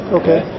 okay